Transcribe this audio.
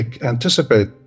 anticipate